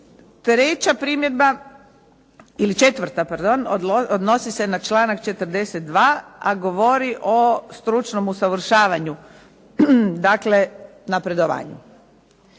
Treća primjedba, ili četvrta pardon, odnosi se na članak 42., a govori o stručnom usavršavanju dakle napredovanju.